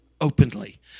openly